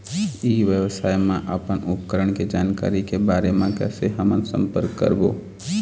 ई व्यवसाय मा अपन उपकरण के जानकारी के बारे मा कैसे हम संपर्क करवो?